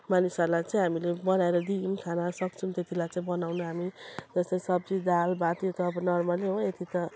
मानिसहरूलाई चाहिँ हामीले बनाएर दियौँ खाना सक्छौँ त्यतिलाई चाहिँ बनाउन हामी जस्तै सब्जी दाल भातहरू त अब नर्मलै हो यति त